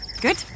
good